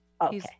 Okay